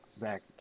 Back